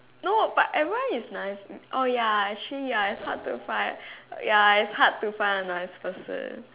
no but everyone is nice oh ya actually ya it's hard to find ya it's hard to find a nice person